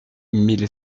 mille